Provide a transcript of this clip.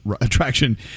attraction